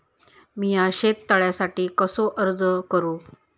मीया शेत तळ्यासाठी कसो अर्ज करू?